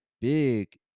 big